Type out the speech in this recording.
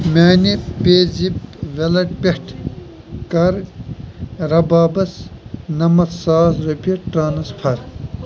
میٛانہِ PayZapp wallet پٮ۪ٹھ کَر رَبابس نَمَتھ ساس رۄپیہِ ٹرٛانسفَر